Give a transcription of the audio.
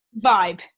vibe